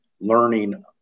learning